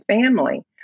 family